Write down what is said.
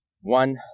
One